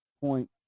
point